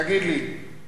תגיד לי,